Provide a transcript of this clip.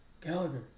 Gallagher